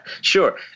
Sure